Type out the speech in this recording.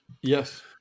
Yes